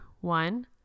One